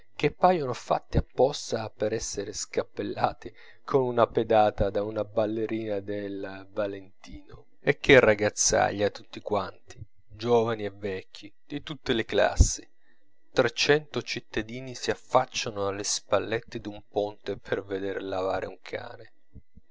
che paiono fatti apposta per essere scappellati con una pedata da una ballerina del valentino e che ragazzaglia tutti quanti giovani e vecchi di tutte le classi trecento cittadini si affacciano alle spallette d'un ponte per veder lavare un cane